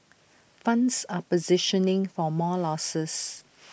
funds are positioning for more losses